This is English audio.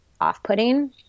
off-putting